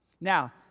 Now